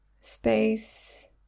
space